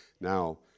Now